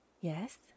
Yes